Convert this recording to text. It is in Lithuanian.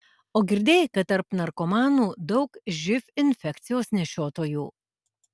o girdėjai kad tarp narkomanų daug živ infekcijos nešiotojų